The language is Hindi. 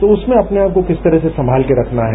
तो उसमें अपने आप को किस तरह से संभाल के रखना है